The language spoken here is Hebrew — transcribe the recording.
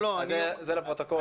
זה לפרוטוקול.